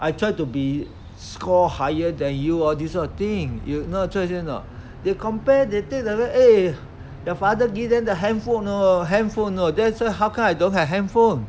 I try to be score higher than you all these sort of thing you know what I'm trying to say or not they compare they take like that eh the father give them the handphone you know handphone you know then say why I don't have handphone